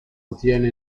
ottiene